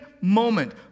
moment